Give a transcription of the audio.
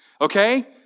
okay